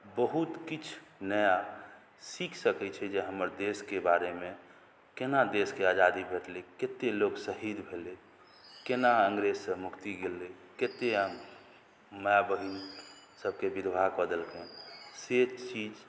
बहुत किछु नया सीख सकैत छै जे हमर देशके बारेमे केना देशके आजादी भेटलै कते लोक शहीद भेलै केना अंग्रेजसँ मुक्ति गेलै कतेक माय बहिन सभके विधवा कऽ देलकै से चीज